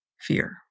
fear